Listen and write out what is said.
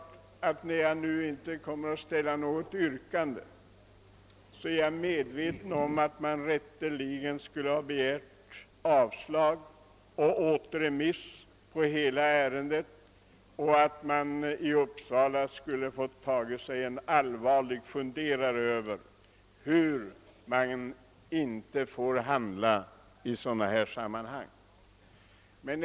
Jag kommer inte att ställa något yrkande men är medveten om att jag rätteligen skulle ha begärt avslag och återremiss av hela ärendet och att myndigheterna i Uppsala skulle ha fått ta sig en allvarlig funderare över hur man bör handla i sådana här sammanhang.